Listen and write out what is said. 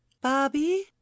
Bobby